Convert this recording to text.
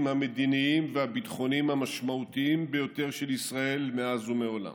המדיניים והביטחוניים המשמעותיים ביותר של ישראל מאז ומעולם.